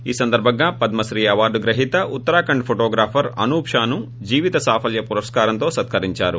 ఈ సందర్బంగా పద్మశ్రీ అవార్డు గ్రహీత ఉత్తరాఖండ్ ఫొటోగ్రాఫర్ అనూప్షాను జీవితసాఫల్య పురస్కారంతో సత్కరిందారు